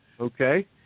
Okay